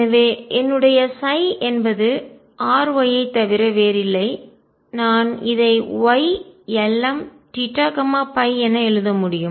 எனவே என்னுடைய என்பது R Y ஐத் தவிர வேறில்லை நான் இதை Ylmθϕ என எழுத முடியும்